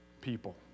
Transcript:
people